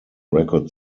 record